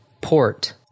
port